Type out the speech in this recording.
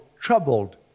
troubled